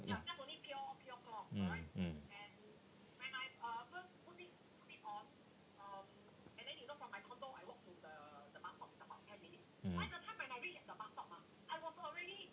mm mm mm mm